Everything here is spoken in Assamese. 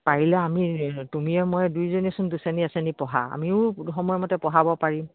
পাৰিলে আমি তুমিয়ে মই দুইজনেচোন দুছেনী এছেনি পঢ়া আমিও সময়মতে পঢ়াব পাৰিম